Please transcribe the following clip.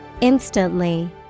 Instantly